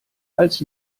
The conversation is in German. als